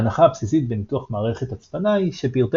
ההנחה הבסיסית בניתוח מערכת הצפנה היא שפרטי